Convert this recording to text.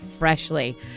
Freshly